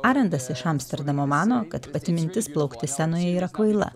arendas iš amsterdamo mano kad pati mintis plaukti senoje yra kvaila